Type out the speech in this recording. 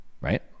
Right